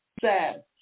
sad